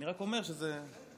אני רק אומר שזה ביחד.